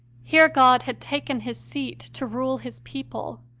here god had taken his seat to rule his people,